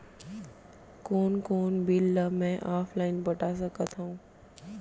कोन कोन बिल ला मैं ऑनलाइन पटा सकत हव?